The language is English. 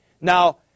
Now